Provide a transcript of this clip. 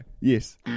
Yes